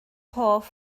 hoff